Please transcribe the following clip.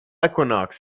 equinox